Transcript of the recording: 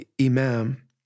Imam